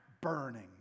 Burning